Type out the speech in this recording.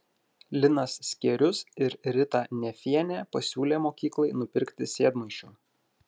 linas skierius ir rita nefienė pasiūlė mokyklai nupirkti sėdmaišių